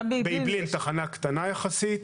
באעבלין יש תחנה קטנה יחסית.